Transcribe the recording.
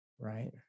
right